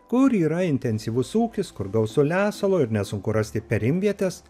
kur yra intensyvus ūkis kur gausu lesalo ir nesunku rasti perimvietes